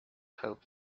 help